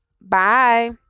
Bye